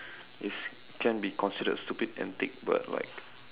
is can be considered stupid antic but like